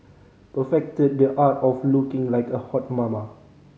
perfected the art of looking like a hot mama